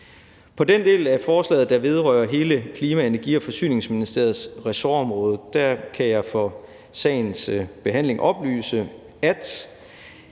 For den del af forslaget, der vedrører hele Klima-, Energi- og Forsyningsministeriets ressortområde, kan jeg for sagens behandling oplyse, at